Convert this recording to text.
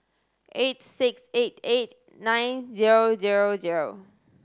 eight six eight eight nine zero zero zero